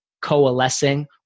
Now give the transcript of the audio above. coalescing